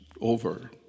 over